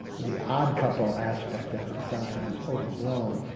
the odd couple aspect of it is sometimes overblown.